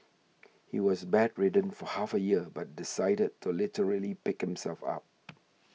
he was bedridden for half a year but decided to literally pick himself up